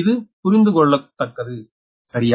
இது புரிந்துகொள்ளத்தக்கது சரியா